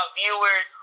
viewers